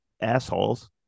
assholes